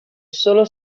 solo